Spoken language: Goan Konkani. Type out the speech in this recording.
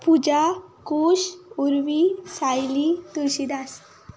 पुजा कूश उर्वी सायली तुळशीदास